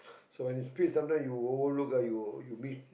so when you speed sometimes you overlook ah you'll you miss